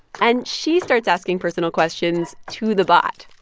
and she starts asking personal questions to the bot.